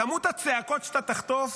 כמות הצעקות שאתה תחטוף